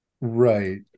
Right